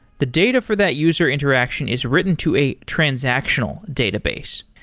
the data for that user interaction is written to a transactional database.